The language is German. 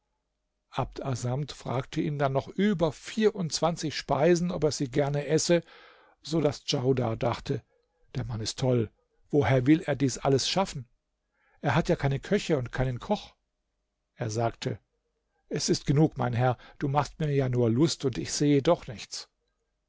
abd assamd fragte ihn dann noch über vierundzwanzig speisen ob er sie gerne esse so daß djaudar dachte der mann ist toll woher will er alles dies schaffen er hat ja keine küche und keinen koch er sagte es ist genug mein herr du machst mir ja nur lust und ich sehe doch nichts